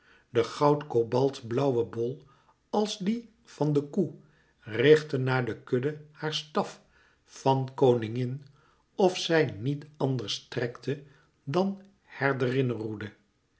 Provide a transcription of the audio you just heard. de goud kobaltblauwe bol als die van de koe richtte naar de kudde haar staf van koningin of zij niet anders strekte dan